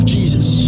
Jesus